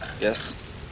Yes